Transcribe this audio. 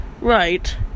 Right